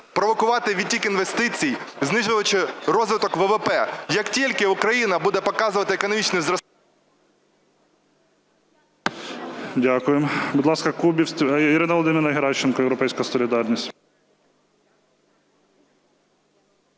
провокувати відтік інвестицій, знижуючи розвиток ВВП. Як тільки Україна буде показувати економічне зростання…